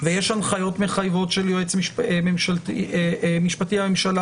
ויש הנחיות מחייבות של היועץ המשפטי לממשלה